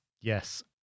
yes